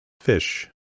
Fish